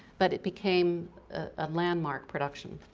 but it became a landmark production.